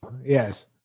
yes